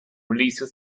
releases